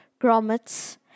grommets